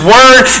Word